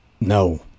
No